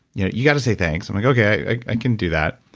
you know you've got to say thanks. i'm like, okay, i can do that.